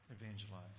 evangelize